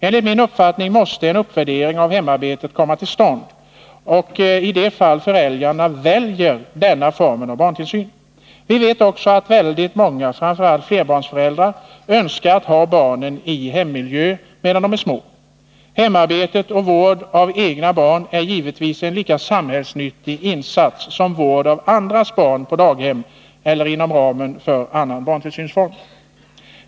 Enligt min uppfattning måste en uppvärdering av hemarbetet komma till stånd i de fall föräldrarna väljer denna form av barntillsyn. Vi vet också att väldigt många, framför allt flerbarnsföräldrar, önskar ha barnen i hemmiljön medan de är små. Hemarbete och vård av egna barn är givetvis en lika samhällsnyttig insats som vård av andras barn på daghem eller inom ramen för annan barntillsynsform.